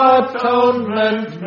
atonement